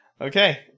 Okay